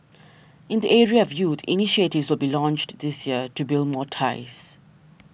in the area of youth initiatives will be launched this year to build more ties